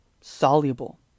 soluble